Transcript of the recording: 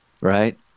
right